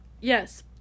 Yes